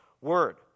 word